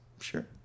Sure